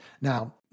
Now